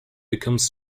becomes